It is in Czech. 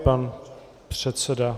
Pan předseda.